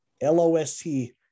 L-O-S-T